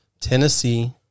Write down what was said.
Tennessee –